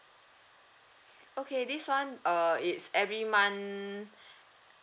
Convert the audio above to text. okay this one uh it's every month